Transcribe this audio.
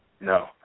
No